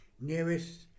nearest